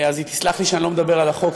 אז היא תסלח לי שאני לא מדבר על החוק.